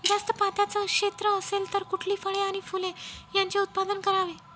जास्त पात्याचं क्षेत्र असेल तर कुठली फळे आणि फूले यांचे उत्पादन करावे?